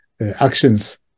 actions